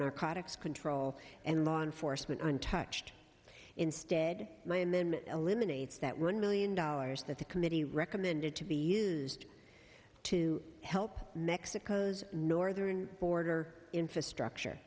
narcotics control and law enforcement untouched instead eliminates that one million dollars that the committee recommended to be used to help mexico's northern border infrastructure